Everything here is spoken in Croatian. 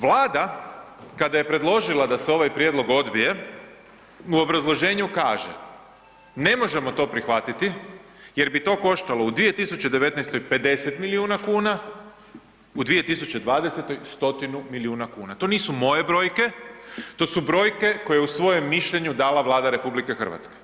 Vlada kada je predložila da se ovaj prijedlog odbije, u obrazloženju kaže ne možemo to prihvatiti jer bi to koštalo u 2019. 50 milijuna kuna, u 2020. 100 milijuna kuna, to nisu moje brojke, to su brojke koje je u svojem mišljenju dala Vlada RH.